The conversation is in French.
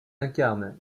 incarne